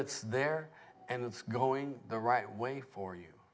it's there and it's going the right way for you